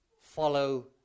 follow